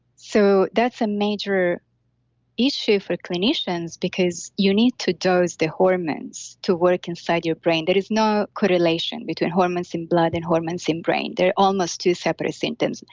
so, that's a major issue for clinicians because you need to dose the hormones to work inside your brain. there is no correlation between hormones in blood and hormones in brain. they're almost two separate symptoms, and